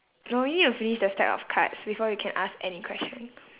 no you need to finish the stack of cards before you can ask any questions